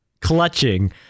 clutching